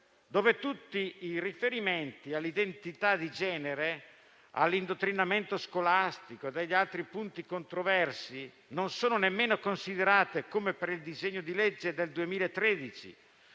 cui tutti i riferimenti all'identità di genere, all'indottrinamento scolastico e agli altri punti controversi non erano nemmeno considerati (come nel disegno di legge del 2013,